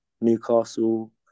Newcastle